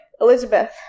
Elizabeth